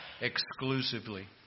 exclusively